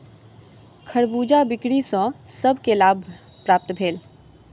खरबूजा बिक्री सॅ सभ के लाभ प्राप्त भेल